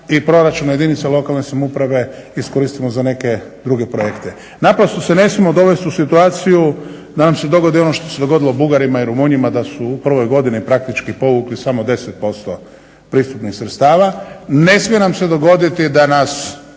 i proračuna jedinica lokalne samouprave iskoristimo za neke druge projekte. Naprosto se ne smijemo dovesti u situaciju da nam se dogodi ono što se dogodilo Bugarima i Rumunjima da su u prvoj godini praktički povukli samo 10% pristupnih sredstava, ne smije nam se dogoditi da nas